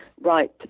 right